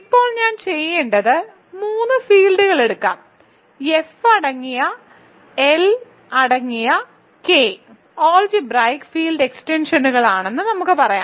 ഇപ്പോൾ ഞാൻ ചെയ്യേണ്ടത് മൂന്ന് ഫീൽഡുകൾ എടുക്കാം എഫ് അടങ്ങിയ എൽ അടങ്ങിയ കെ അൾജിബ്രായിക്ക് ഫീൽഡ് എക്സ്റ്റൻഷനുകളാണെന്ന് നമുക്ക് പറയാം